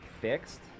fixed